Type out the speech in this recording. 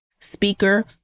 speaker